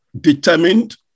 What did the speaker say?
determined